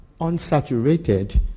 unsaturated